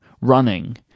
running